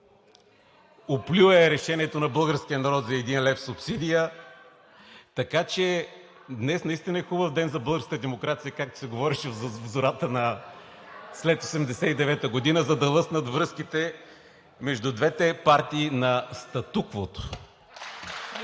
оплюе решението на българския народ за един лев субсидия. Така че днес наистина е хубав ден за българската демокрация, както се говореше в зората след 1989 г., за да лъснат връзките между двете партии на статуквото.